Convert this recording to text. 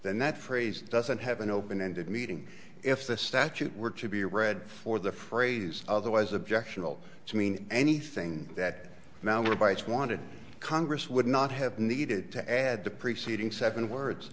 then that phrase doesn't have an open ended meeting if the statute were to be read for the phrase otherwise objectionable to mean anything that now by its wanted congress would not have needed to add the preceding seven words